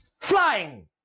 flying